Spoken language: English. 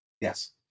Yes